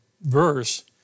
verse